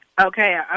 Okay